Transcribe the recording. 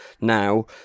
now